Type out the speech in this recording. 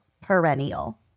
Perennial